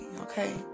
okay